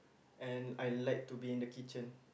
and I like to be in the kitchen